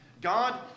God